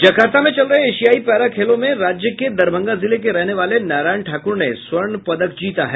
Jakarta में चल रहे एशियाई पैरा खेलों में राज्य के दरभंगा जिले के रहने वाले नारायण ठाक्र ने स्वर्ण पदक जीता है